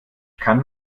kann